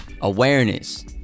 awareness